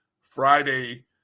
Friday